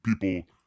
people